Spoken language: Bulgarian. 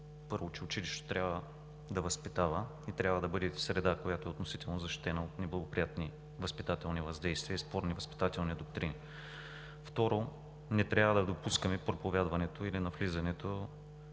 първо, че училището трябва да възпитава и трябва да бъде среда, която е относително защитена от неблагоприятни възпитателни въздействия и спорни възпитателни доктрини. Второ, не трябва да допускаме проповядването или навлизането